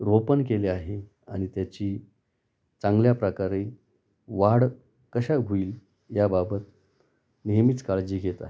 रोपण केले आहे आणि त्याची चांगल्या प्रकारे वाढ कशी होईल याबाबत नेहमीच काळजी घेत आहे